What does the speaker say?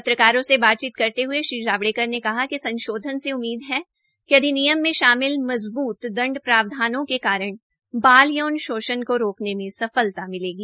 पत्रकारों से बातचीत करते ह्ये श्री जावड़ेकर ने कहा कि संशोधन से उम्मीद है कि अधिनियम में शामिल मज़बूत दंड प्रावधानों के कारण बाल यौन शोषण को रोकने में सफलता मिलेगी